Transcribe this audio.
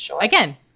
Again